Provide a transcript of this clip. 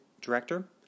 director